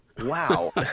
Wow